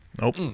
Nope